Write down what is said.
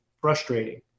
frustrating